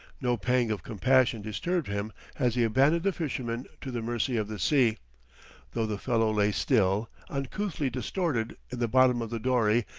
no pang of compassion disturbed him as he abandoned the fisherman to the mercy of the sea though the fellow lay still, uncouthly distorted, in the bottom of the dory,